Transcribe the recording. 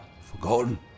forgotten